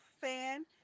fan